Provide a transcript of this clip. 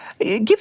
Give